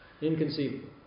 Inconceivable